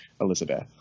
Elizabeth